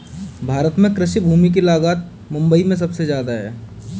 भारत में कृषि भूमि की लागत मुबई में सुबसे जादा है